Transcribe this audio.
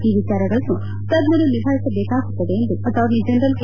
ಈ ವಿಚಾರಗಳನ್ನು ತಜ್ವರು ನಿಭಾಯಿಸಬೇಕಾಗುತ್ತದೆ ಎಂದು ಅಟಾರ್ನಿ ಜನರಲ್ ಕೆ